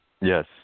Yes